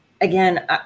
again